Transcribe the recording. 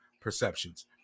perceptions